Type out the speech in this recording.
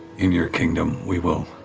in your kingdom, we will